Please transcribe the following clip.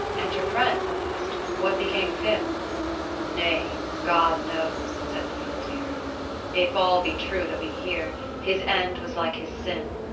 and your friend i asked, what became of him nay, god knows said the muleteer. if all be true that we hear, his end was like his sin,